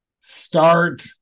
start